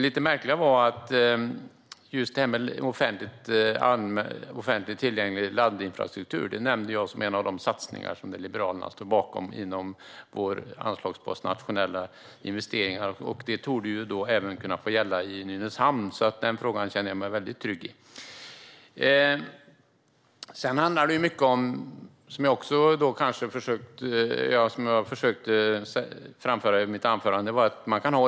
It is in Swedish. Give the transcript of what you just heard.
Det märkliga är att jag nämnde just offentligt tillgänglig laddinfrastruktur som en satsning som Liberalerna står bakom, i vår anslagspost Nationella investeringar. Det torde gälla även i Nynäshamn. Den frågan känner jag mig alltså trygg i. Man kan ha lite olika strategier för det här, vilket jag också försökte framföra i mitt anförande.